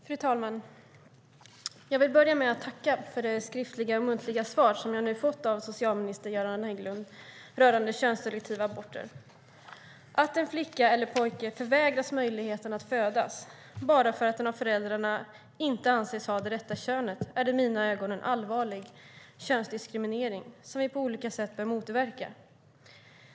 Fru talman! Jag vill börja med att tacka för det skriftliga och muntliga svar som jag nu fått av socialminister Göran Hägglund rörande könsselektiva aborter. Att en flicka eller pojke förvägras möjligheten att födas bara för att den av föräldrarna inte anses ha det rätta könet är i mina ögon en allvarlig könsdiskriminering som vi på olika sätt bör motverka.